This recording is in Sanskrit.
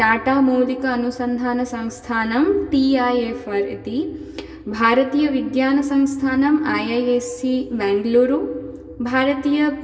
टाटा मोतिक अनुसन्धानसंस्थानं टि ऐ एफ् आर् इति भारतीयविज्ञानसंस्थानं I I S C Bengaluru भारतीय